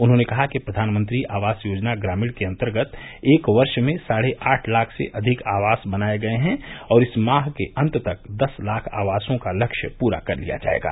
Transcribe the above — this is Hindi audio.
उन्होंने कहा कि प्रवानमंत्री आवास योजना ग्रामीण के अन्तर्गत एक वर्ष में साढ़े आठ लाख से अधिक आवास बनाये गये हैं और इस माह के अन्त तक दस लाख आवासों का लक्ष्य पूरा कर लिया जायेगा